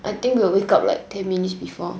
I think will wake up like ten minutes before